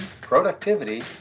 productivity